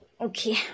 Okay